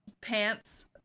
pants